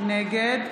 נגד